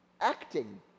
acting